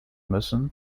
müssen